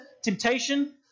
temptation